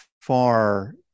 far